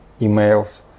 emails